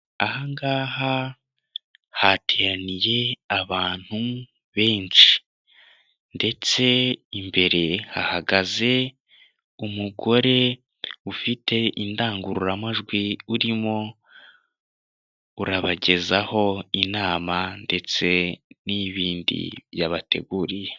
Aha ngaha hateraniye abantu benshi ndetse imbere hagaze umugore ufite indangururamajwi arimo kubagezaho inama ndetse n'ibindi yabateguriye.